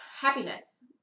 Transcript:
happiness